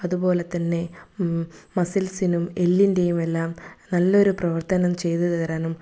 അതുപോലെത്തന്നെ മസിൽസിനും എല്ലിൻ്റെയും എല്ലാം നല്ലൊരു പ്രവർത്തനം ചെയ്തു തരാനും